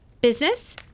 business